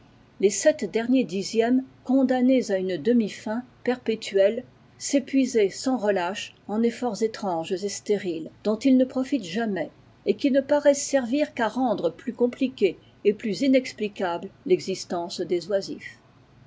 les sept derniers dixièmes condamnés à une demi faim perpétuelle s'épuiser sans relâche en efforts étranges et stériles dont ils ne profitent jamais et qui ne paraissent servir qu'à rendre plus compliquée et plus inexplicable l'existence des oisifs